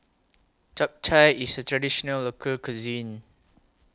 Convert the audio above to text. Japchae IS A Traditional Local Cuisine